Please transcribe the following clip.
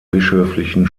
bischöflichen